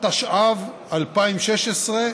התשע"ו 2016,